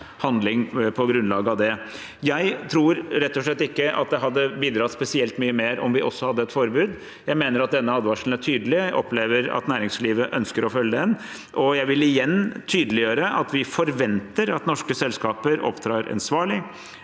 og slett ikke at det hadde bidratt spesielt mye mer om vi også hadde et forbud. Jeg mener at denne advarselen er tydelig. Jeg opplever at næringslivet ønsker å følge den. Jeg vil igjen tydeliggjøre at vi forventer at norske selskaper opptrer ansvarlig,